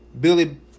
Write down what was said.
Billy